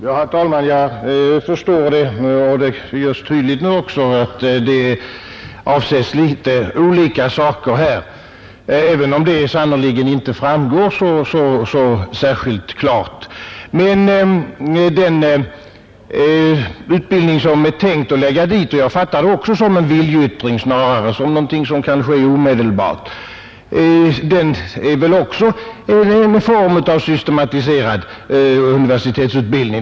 Herr talman! Jag förstår, och det görs nu tydligt, att litet olika saker avses även om det sannerligen inte framgår så särskilt klart. Men också den utbildning som är tänkt att förläggas till orterna i fråga — även jag uppfattade det såsom en viljeyttring snarare än någonting som kunde ske omedelbart — är väl en form av systematiserad universitetsutbildning.